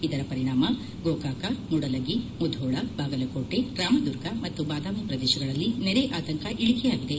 ಇದರ ಪರಿಣಾಮ ಗೋಕಾಕ ಮೂಡಲಗಿ ಮುಧೋಳ ಬಾಗಲಕೋಟೆ ರಾಮದುರ್ಗ ಮತ್ತು ಬಾದಾಮಿ ಪ್ರದೇಶಗಳಲ್ಲಿ ನೆರೆ ಆತಂಕ ಇಳಿಕೆಯಾಗಿದೆ